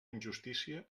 injustícia